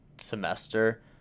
semester